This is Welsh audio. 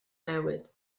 newydd